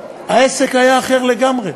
העסק היה אחר לגמרי,